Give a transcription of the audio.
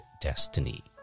destiny